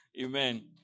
Amen